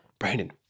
Brandon